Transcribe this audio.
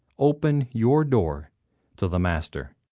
open your door to the master.